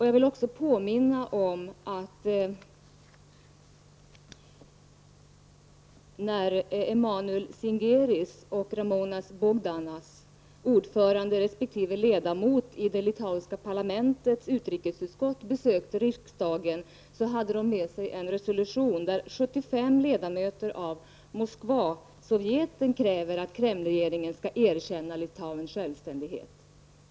Jag vill även påminna om att när Emmanuel Zingeris och Ramounas Bogdanas, ordförande resp. ledamot i det litauiska parlamentets utrikesutskott, besökte riksdagen hade de med sig en resolution i vilken 75 ledamöter i Moskva-sovjeten kräver att Kremlregeringen skall erkänna Litauens självständighet.